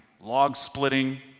log-splitting